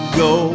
go